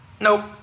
nope